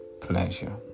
pleasure